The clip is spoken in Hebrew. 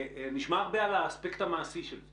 נשמע על האספקט המעשי של זה